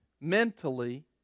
mentally